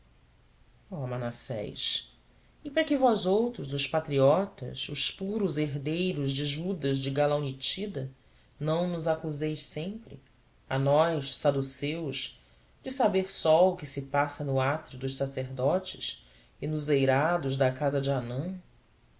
manassés e para que vós outros os patriotas os puros herdeiros de judas de galaunítida não nos acuseis sempre a nós saduceus de saber só o que se passa no átrio dos sacerdotes e nos eirados da casa de